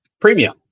Premium